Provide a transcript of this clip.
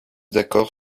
d’accord